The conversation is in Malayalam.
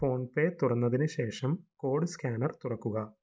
ഫോൺപേ തുറന്നതിന് ശേഷം കോഡ് സ്കാനർ തുറക്കുക